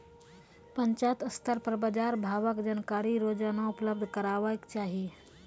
पंचायत स्तर पर बाजार भावक जानकारी रोजाना उपलब्ध करैवाक चाही?